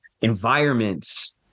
environments